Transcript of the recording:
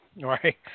Right